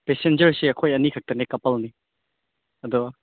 ꯄꯦꯁꯦꯟꯖꯔꯁꯦ ꯑꯩꯈꯣꯏ ꯑꯅꯤꯈꯛꯇꯅꯦ ꯀꯄꯜꯅꯤ ꯑꯗꯣ